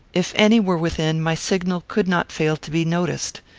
if any were within, my signal could not fail to be noticed.